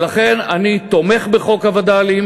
ולכן, אני תומך בחוק הווד"לים